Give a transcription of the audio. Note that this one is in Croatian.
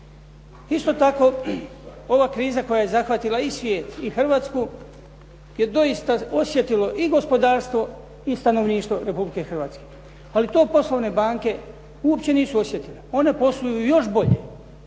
Isto tako, ova kriza koja je zahvatila i svijet i Hrvatsku je doista osjetilo i gospodarstvo i stanovništvo Republike Hrvatske ali to poslovne banke uopće nisu osjetile, one posluju još bolje,